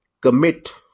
Commit